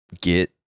get